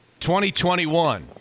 2021